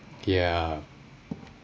ya